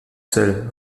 seul